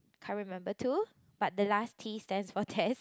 can't remember too but the last T stands for test